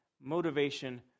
motivation